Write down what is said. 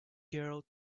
girl